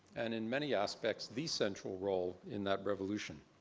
and in many aspects, the central role in that revolution.